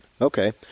Okay